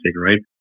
right